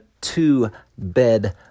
two-bed